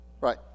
right